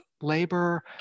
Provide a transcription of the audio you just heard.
labor